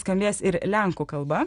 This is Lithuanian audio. skambės ir lenkų kalba